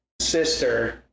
sister